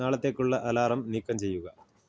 നാളത്തേക്കുള്ള alarm നീക്കം ചെയ്യുക